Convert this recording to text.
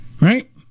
right